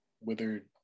withered